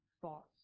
thoughts